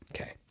Okay